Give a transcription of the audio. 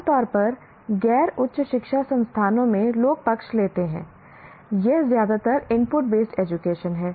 आमतौर पर गैर उच्च शिक्षा संस्थानों में लोग पक्ष लेते हैं यह ज्यादातर इनपुट बेस्ड एजुकेशन है